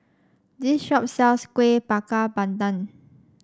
this shop sells Kueh Bakar Pandan